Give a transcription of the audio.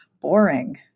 boring